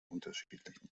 unterschiedlichen